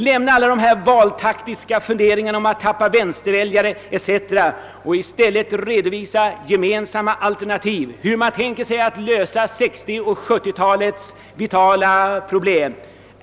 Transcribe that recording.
Lämna alla dessa valtaktiska funderingar om att tappa vänsterväljare och redovisa i stället gemensamma alternativ, hur man tänker sig att lösa 1960 och 1970-talens vitala problem!